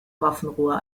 waffenruhe